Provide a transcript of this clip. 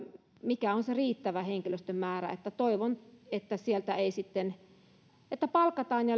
mikä on se riittävä henkilöstön määrä toivon että sitten palkataan ja